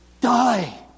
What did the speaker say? die